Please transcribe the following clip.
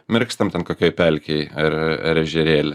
mirkstam ten kokioj pelkėj ar ar ežerėly